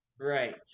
right